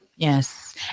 Yes